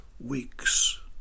weeks